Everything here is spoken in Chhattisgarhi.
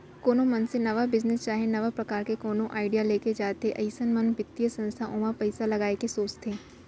कोनो मनसे नवा बिजनेस चाहे नवा परकार के कोनो आडिया लेके आथे अइसन म बित्तीय संस्था ओमा पइसा लगाय के सोचथे